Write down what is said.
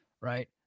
Right